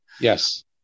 Yes